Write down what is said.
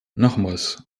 nochmals